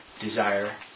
desire